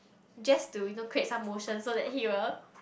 just to you know create some motion so that he will